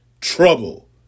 trouble